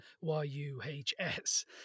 y-u-h-s